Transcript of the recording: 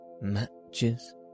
matches